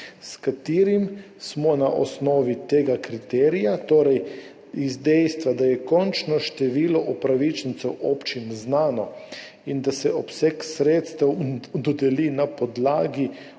sklep Vlade na osnovi tega kriterija, torej dejstva, da je končno število upravičencev občin znano in da se obseg sredstev dodeli na podlagi